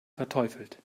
verteufelt